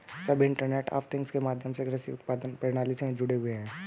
सभी internet of things के माध्यम से कृषि उत्पादन प्रणाली में जुड़े हुए हैं